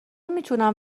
میتونم